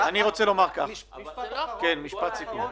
בעניין הפרטיות,